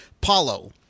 Paulo